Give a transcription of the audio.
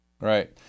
Right